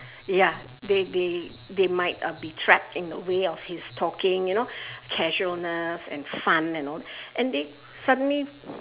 ya they they they might uh be trapped in the way of his talking you know casualness and fun and all and they suddenly